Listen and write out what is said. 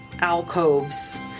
alcoves